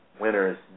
winners